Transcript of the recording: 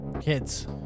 Kids